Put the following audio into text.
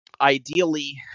Ideally